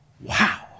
wow